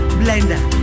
blender